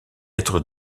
être